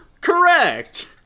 Correct